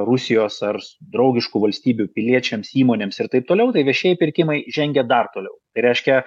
rusijos ars draugiškų valstybių piliečiams įmonėms ir taip toliau tai viešieji pirkimai žengia dar toliau tai reiškia